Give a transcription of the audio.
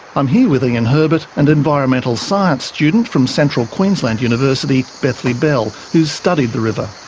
i'm here with ian herbert and environmental science student from central queensland university, bethlea bell, who's studied the river.